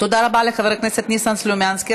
תודה רבה לחבר הכנסת ניסן סלומינסקי.